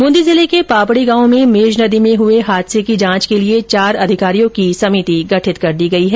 बूंदी जिले के पापडी गांव में मेज नदी में हुए हादसे की जांच के लिए चार अधिकारियों की समिति गठित कर दी गई है